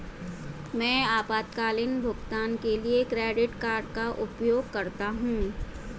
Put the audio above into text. मैं आपातकालीन भुगतान के लिए क्रेडिट कार्ड का उपयोग करता हूं